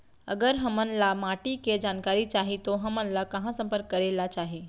अगर हमन ला माटी के जानकारी चाही तो हमन ला कहाँ संपर्क करे ला चाही?